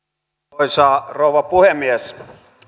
arvoisa rouva puhemies